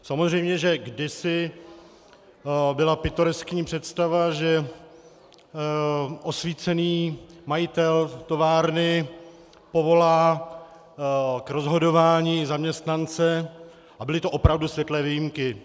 Samozřejmě že kdysi byla pitoreskní představa, že osvícený majitel továrny povolá k rozhodování zaměstnance, a byly to opravdu světlé výjimky.